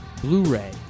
Blu-ray